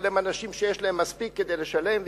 אבל יש להם מספיק כדי לשלם,